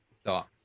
start